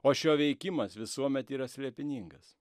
o šio veikimas visuomet yra slėpiningas